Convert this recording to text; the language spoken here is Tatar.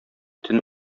төн